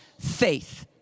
faith